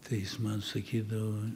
tai jis man sakydavo